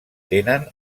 tenen